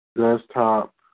Desktop